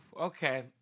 Okay